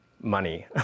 money